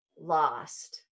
lost